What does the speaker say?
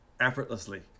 effortlessly